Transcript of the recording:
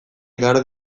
igaro